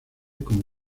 como